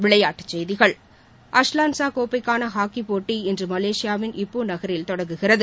விளையாட்டுச் செய்திகள் அஸ்லான்ஷா கோப்பைக்கான ஹாக்கிப் போட்டி இன்று மலேஷியாவின் ஈப்போ நகரில் தொடங்குகிறது